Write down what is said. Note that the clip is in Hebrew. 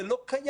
זה לא קיים.